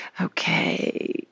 Okay